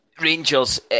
Rangers